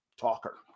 talker